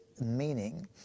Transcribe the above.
meaning